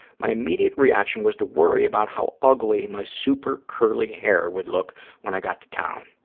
my immediate reaction was to worry about how ugly my super-curly hair would look when i got to town,